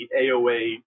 aoa